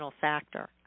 factor